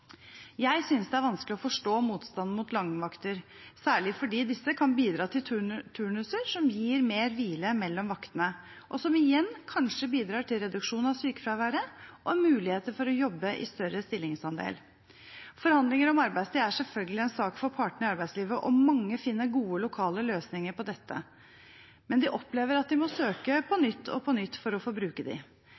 Jeg synes det er vanskelig å forstå motstanden mot langvakter, særlig fordi disse kan bidra til turnuser som gir mer hvile mellom vaktene, noe som igjen kanskje bidrar til reduksjon av sykefraværet og muligheter for å jobbe i større stillingsandel. Forhandlinger om arbeidstid er selvfølgelig en sak for partene i arbeidslivet. Mange finner gode lokale løsninger på dette, men de opplever at de må søke på nytt og på nytt for å få bruke